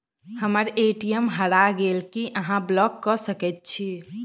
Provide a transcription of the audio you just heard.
हम्मर ए.टी.एम हरा गेल की अहाँ ब्लॉक कऽ सकैत छी?